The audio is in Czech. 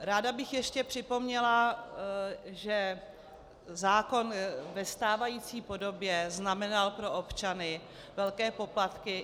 Ráda bych ještě připomněla, že zákon ve stávající podobě znamenal pro občany velké poplatky.